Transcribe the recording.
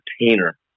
entertainer